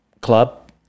club